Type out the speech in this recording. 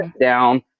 down